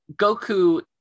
Goku